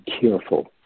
careful